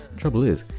trouble is,